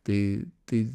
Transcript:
tai tai